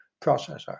processor